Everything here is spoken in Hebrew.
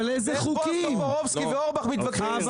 בועז טופורובסקי ואורבך מתווכחים עם